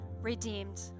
Redeemed